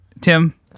Tim